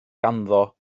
ganddo